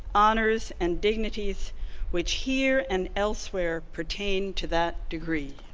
honors, and dignities which here and elsewhere pertain to that degree.